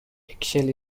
eggshell